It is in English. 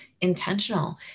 intentional